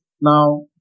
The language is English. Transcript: Now